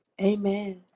Amen